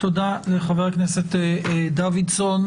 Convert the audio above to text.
תודה לחבר הכנסת דוידסון.